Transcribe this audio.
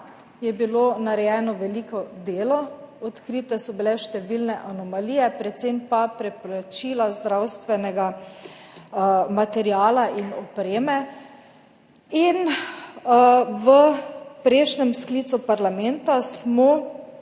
je bilo narejeno veliko delo. Odkrite so bile številne anomalije, predvsem pa preplačila zdravstvenega materiala in opreme. V prejšnjem sklicu parlamenta smo